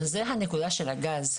וזו הנקודה של הגז.